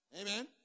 Amen